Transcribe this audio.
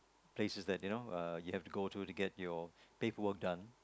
places that you know uh you have to go to to get your paperwork done